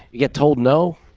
get told no,